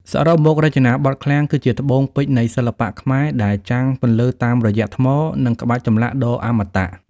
សរុបមក រចនាបថឃ្លាំងគឺជាត្បូងពេជ្រនៃសិល្បៈខ្មែរ ដែលចាំងពន្លឺតាមរយៈថ្ម និងក្បាច់ចម្លាក់ដ៏អមតៈ។